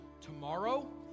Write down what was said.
Tomorrow